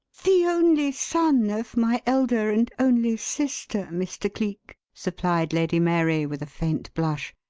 the only son of my elder and only sister, mr. cleek, supplied lady mary with a faint blush.